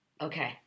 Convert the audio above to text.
Okay